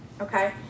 Okay